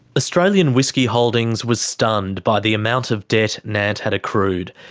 australian whisky holdings was stunned by the amount of debt nant had accrued.